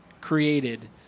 created